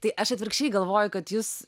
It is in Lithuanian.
tai aš atvirkščiai galvoju kad jus